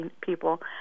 people